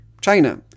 China